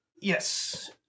Yes